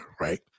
right